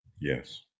Yes